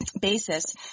basis